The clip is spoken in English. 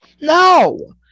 no